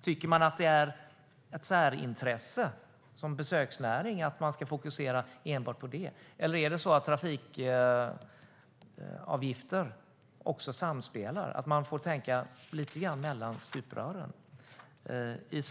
Tycker man att det är fråga om ett särintresse för besöksnäringen och att man ska fokusera enbart på det? Eller är det så att också trafikavgifter är med och samspelar och att man får tänka lite grann mellan stuprören? I